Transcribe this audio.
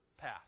path